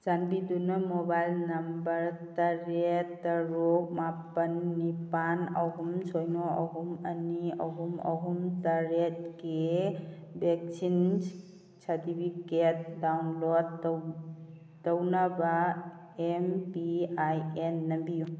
ꯆꯥꯟꯕꯗꯨꯅ mobile number ꯇꯔꯦꯠ ꯇꯔꯨꯛ ꯃꯥꯄꯜ ꯅꯤꯄꯥꯜ ꯑꯍꯨꯝ ꯁꯤꯅꯣ ꯑꯍꯨꯝ ꯑꯅꯤ ꯑꯍꯨꯝ ꯑꯍꯨꯝ ꯇꯔꯦꯠꯀꯤ ꯚꯦꯛꯁꯤꯟ ꯁꯥꯔꯗꯤꯕꯤꯒꯦꯠ ꯗꯥꯎꯟꯂꯣꯠ ꯇꯧꯅꯕ ꯑꯦꯝ ꯄꯤ ꯑꯥꯏ ꯑꯦꯟ ꯅꯝꯕꯤꯌꯨ